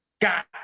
got